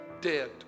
dead